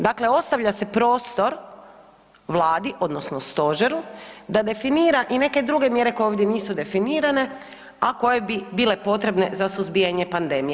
Dakle, ostavlja se prostor vladi odnosno stožeru da definira i neke druge mjere koje ovdje nisu definirane, a koje bi bile potrebne za suzbijanje pandemije.